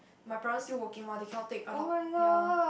my parents still working mah they cannot take a lot ya